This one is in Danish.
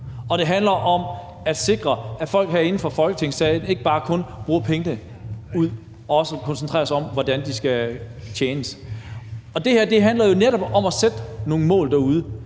og det handler om at sikre, at folk herinde i Folketinget ikke kun bruger pengene, men også koncentrerer sig om, hvordan de skal tjenes. Det handler jo netop om at sætte nogle mål derude.